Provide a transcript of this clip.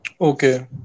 Okay